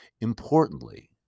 Importantly